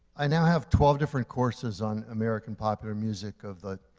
i now how twelve different courses on american popular music of the,